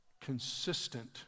Consistent